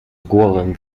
głowę